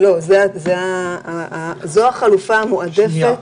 זו החלופה המועדפת.